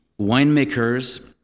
winemakers